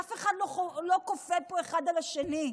אף אחד לא כופה פה אחד על השני.